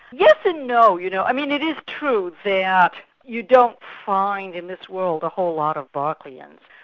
yes and no. you know i mean it is true that you don't find in this world a whole lot of berkeleyans.